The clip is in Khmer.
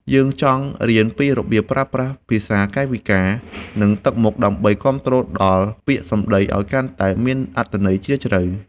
យើងចង់រៀនពីរបៀបប្រើប្រាស់ភាសាកាយវិការ និងទឹកមុខ ដើម្បីគាំទ្រដល់ពាក្យសម្ដីឱ្យកាន់តែមានអត្ថន័យជ្រាលជ្រៅ។